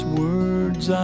words